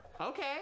Okay